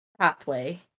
pathway